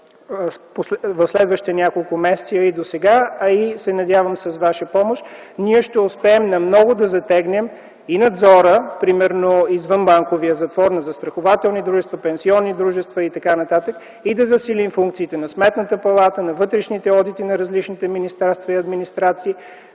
в следващите няколко месеца и досега, се надяваме и с ваша помощ, ние ще успеем на ново да затегнем и надзора – например извънбанковия затвор на застрахователни дружества, на пенсионни дружества, и така нататък, и да засилим функцията на Сметната палата, на вътрешните одити на различните министерства и администрации,